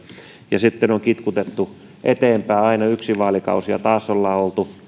ja sitten on kitkutettu eteenpäin aina yksi vaalikausi ja taas ollaan oltu